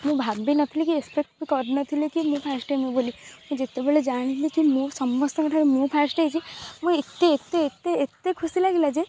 ମୁଁ ଭାବିନଥିଲି କି ଏକ୍ସପେକ୍ଟ ବି କରିନଥିଲି କି ମୁଁ ଫାଷ୍ଟ ହେବି ବୋଲି ମୁଁ ଯେତେବେଳେ ଜାଣିଲି କି ମୋ ସମସ୍ତଙ୍କଠାରୁ ମୁଁ ଫାଷ୍ଟ ହେଇଛି ମୁଁ ଏତେ ଏତେ ଏତେ ଏତେ ଖୁସି ଲାଗିଲା ଯେ